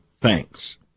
thanks